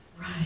Right